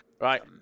Right